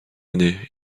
année